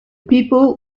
people